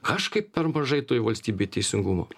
kažkaip per mažai toj valstybėj teisingumo